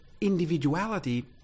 individuality